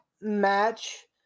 match